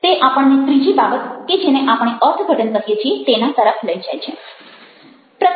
તે આપણને ત્રીજી બાબત કે જેને આપણે અર્થઘટન કહીએ છીએ તેના તરફ લઈ જાય છે